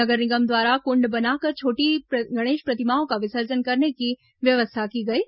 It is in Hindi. नगर निगम द्वारा कुण्ड बनाकर छोटी गणेश प्रतिमाओं का विसर्जन करने की व्यवस्था की गई है